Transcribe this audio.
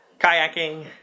kayaking